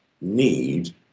need